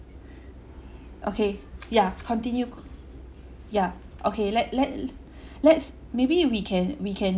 okay ya continue ya okay let let let's maybe we can we can